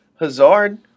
Hazard